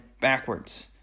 backwards